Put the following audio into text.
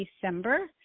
December